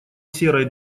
серой